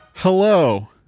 Hello